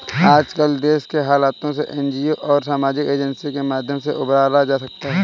आजकल देश के हालातों से एनजीओ और सामाजिक एजेंसी के माध्यम से ही उबरा जा सकता है